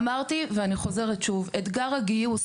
אמרתי, ואני חוזרת שוב, אתגר הגיוס